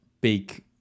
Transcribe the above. big